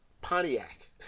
Pontiac